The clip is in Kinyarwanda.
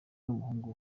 n’umuhungu